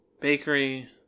Bakery